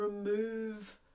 remove